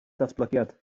datblygiad